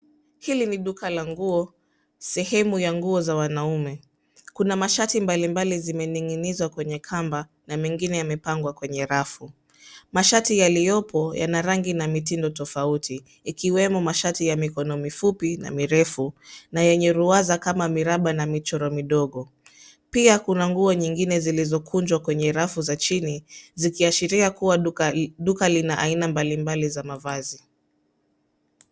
Hili ni duka la nguo, sehemu ya nguo za wanaume. Kuna mashati mbalimbali zimeninginizwa kwenye kamba na mengine yamepangwa kwenye rafu. Mashati yaliyopo yana rangi na mitindo tofauti. Ikiwemo mashati ya mikono mifupi na mirefu na yenye ruwaza kama miraba na michoro midogo. Pia kuna nguo nyingine zilizokunjwa kwenye rafu za chini zikiashiria kuwa duka lina aina mbalimbali za mavazi.